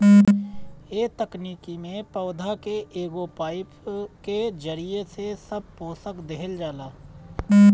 ए तकनीकी में पौधा के एगो पाईप के जरिया से सब पोषक देहल जाला